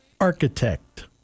architect